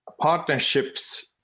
partnerships